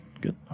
Good